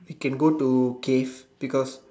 can go to cave because